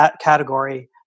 category